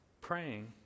praying